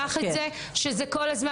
ואת חלוקות בתפיסותינו כי אני חושבת שגם את